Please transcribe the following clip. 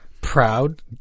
Proud